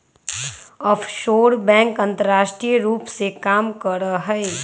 offshore bank अंतरराष्ट्रीय रूप से काम करइ छइ